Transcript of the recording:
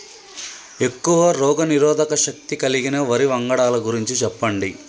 ఎక్కువ రోగనిరోధక శక్తి కలిగిన వరి వంగడాల గురించి చెప్పండి?